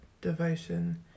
devotion